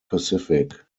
pacific